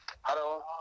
Hello